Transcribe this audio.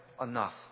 enough